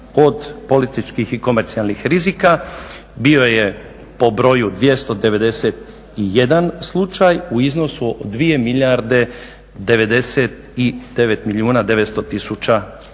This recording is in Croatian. od političkih i komercijalnih rizika, bio je po broju 291 slučaj u iznosu od 2 milijarde 99 milijuna 900 tisuća kuna,